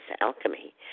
alchemy